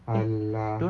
!alah!